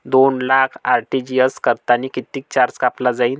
दोन लाख आर.टी.जी.एस करतांनी कितीक चार्ज कापला जाईन?